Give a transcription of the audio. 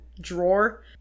drawer